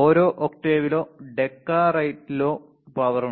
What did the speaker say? ഓരോ ഒക്ടേവിലോ ഡെക്കാഡറൈറ്റിലോ പവർ ഉണ്ട്